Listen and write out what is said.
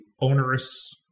onerous